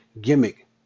gimmick